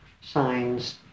signs